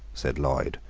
said lloyd,